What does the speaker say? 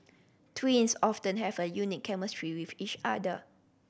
twins often have a unique chemistry with each other